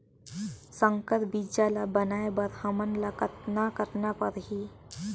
संकर बीजा ल बनाय बर हमन ल कतना करना परही?